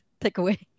takeaway